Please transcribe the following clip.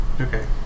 Okay